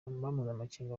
amakenga